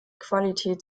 qualität